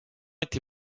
été